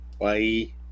bye